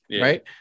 Right